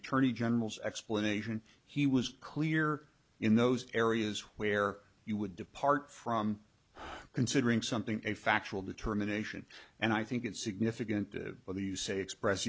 attorney general's explanation he was clear in those areas where you would depart from considering something a factual determination and i think it significant whether you say express